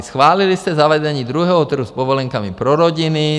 Schválili jste zavedení druhého trhu s povolenkami pro rodiny.